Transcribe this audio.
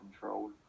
control